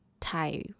thai